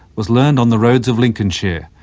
was learned on the roads of lincolnshire.